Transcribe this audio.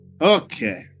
Okay